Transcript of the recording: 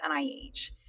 NIH